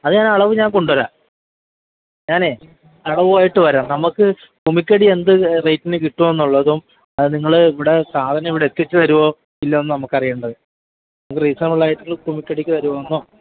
അത് ഞാൻ അളവ് ഞാന് കൊണ്ടുവരാം ഞാനെ അളവുമായിട്ട് വരാം നമ്മള്ക്ക് ഉമിക്കടി എന്ത് റേറ്റിന് കിട്ടുമെന്നുള്ളതും നിങ്ങള് ഇവിടെ സാധനം ഇവിടെ എത്തിച്ചു തരുവോ ഇല്ലെന്നോ നമുക്കറിയേണ്ടത് നമുക്ക് റീസണബിളായിട്ട് കുമിക്കടിക്കു തരുവോന്നോ